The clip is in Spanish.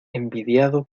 envidiado